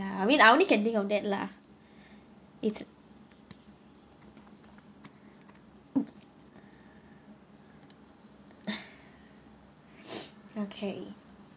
I mean I only can think of that lah it's okay